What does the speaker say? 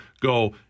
go